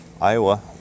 Iowa